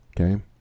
okay